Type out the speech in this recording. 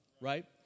right